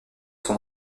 sont